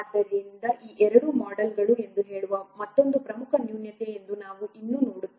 ಆದ್ದರಿಂದ ಈ ಎರಡೂ ಮೊಡೆಲ್ಗಳು ಎಂದು ಹೇಳುವ ಮತ್ತೊಂದು ಪ್ರಮುಖ ನ್ಯೂನತೆಯಿದೆ ಎಂದು ನಾವು ಇನ್ನೂ ನೋಡುತ್ತೇವೆ